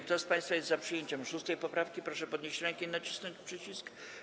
Kto z państwa jest za przyjęciem 6. poprawki, proszę podnieść rękę i nacisnąć przycisk.